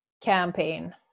campaign